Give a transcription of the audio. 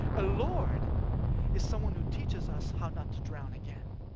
a lord is someone who teaches us how not to drown again,